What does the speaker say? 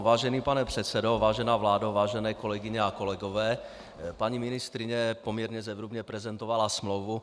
Vážený pane předsedo, vážená vládo, vážené kolegyně a kolegové, paní ministryně poměrně zevrubně prezentovala smlouvu.